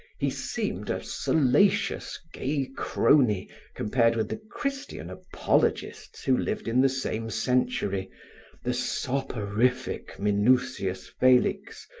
he seemed a salacious, gay crony compared with the christian apologists who lived in the same century the soporific minucius felix,